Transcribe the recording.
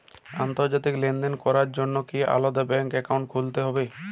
আন্তর্জাতিক লেনদেন করার জন্য কি আলাদা ব্যাংক অ্যাকাউন্ট খুলতে হবে?